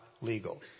legal